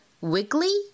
wiggly